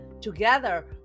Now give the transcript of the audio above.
Together